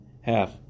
half